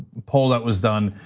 poll that was done.